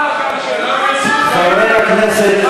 אתה, אל, חברי הכנסת,